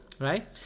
right